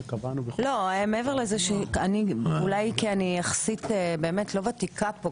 אולי כי אני יחסית לא ותיקה פה,